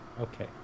Okay